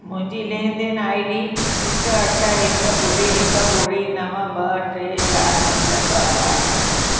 मुंहिंजी लेनदेन आईडी हिकु अठ हिकु ॿुड़ी हिकु ॿुड़ी नव ॿटे चारि पंज ॿ आहे